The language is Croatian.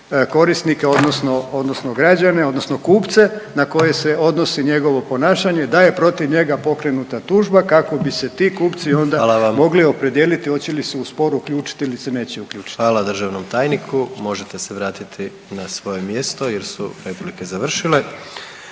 korisnika, odnosno građane, odnosno kupce na koje se odnosi njegovo ponašanje, da je protiv njega pokrenuta tužba kako bi se ti kupci onda mogli opredijeliti .../Upadica: Hvala vam./... hoće li se u spor uključiti ili se neće uključiti. **Jandroković, Gordan (HDZ)** Hvala državnom tajniku. Možete se vratiti na svoje mjesto jer su replike završile.